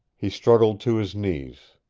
he struggled to his knees.